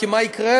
כי מה יקרה?